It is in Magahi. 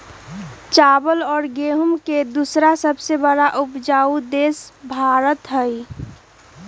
चावल और गेहूं के दूसरा सबसे बड़ा उपजाऊ देश भारत हई